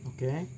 Okay